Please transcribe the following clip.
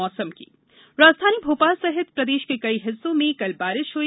मौसम राजधानी भोपाल सहित प्रदेश के कई हिस्सों में कल बारिश हुई